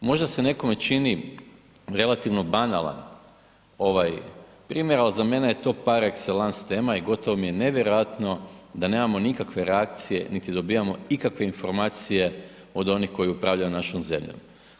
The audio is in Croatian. Možda se nekome čini relativno banalan ovaj primjer, ali za mene je to par ekselans tema i gotovo mi je nevjerojatno da nemamo nikakve reakcije niti dobivamo ikakve informacije od onih koji upravljaju našom zemljom.